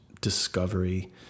discovery